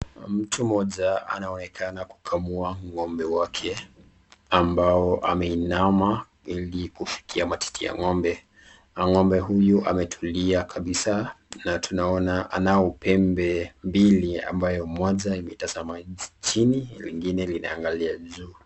Mtu moja anaonekana kukamua ng'ombe wake, ambao ameinama ilikufikia matiti ya ng'ombe, na ng'ombe huyu ametulia kabisa na tunaona anaopempe, mbili ambao moja inama chini na lingine inangalia juu.